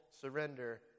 surrender